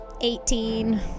Eighteen